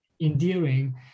endearing